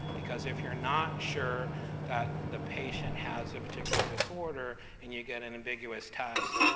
because if you're not sure that the patient has a particular disorder, and you get an ambiguous test,